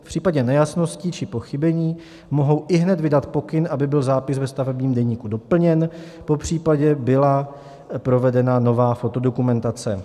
V případě nejasností či pochybení mohou ihned vydat pokyn, aby byl zápis ve stavebním deníku doplněn, popřípadě byla provedena nová fotodokumentace.